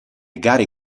gare